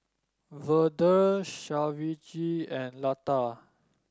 Vedre Shivaji and Lata